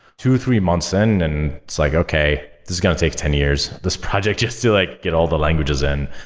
two, three months in and it's like, okay. this is going to take ten years. this project just to like get all the languages in.